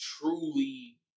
truly